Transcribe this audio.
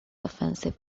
offensive